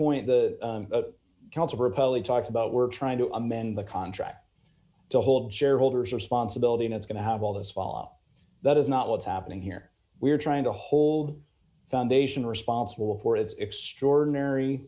public talk about we're trying to amend the contract to hold shareholders responsibility and it's going to have all this fall off that is not what's happening here we're trying to hold foundation responsible for its extraordinary